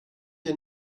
ihr